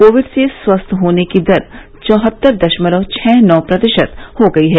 Covid से स्वस्थ होने की दर चौहत्तर दशमलव छह नौ प्रतिशत हो गई है